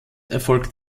erfolgt